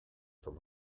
from